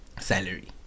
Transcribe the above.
salary